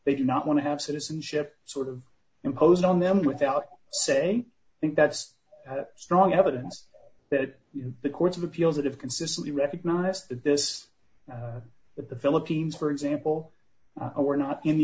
they do not want to have citizenship sort of imposed on them without say i think that's strong evidence that in the courts of appeals that have consistently recognized that this that the philippines for example i were not in the